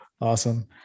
Awesome